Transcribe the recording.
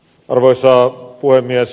arvoisa puhemies